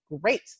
great